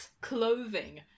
clothing